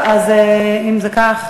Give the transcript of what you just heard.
אם זה כך,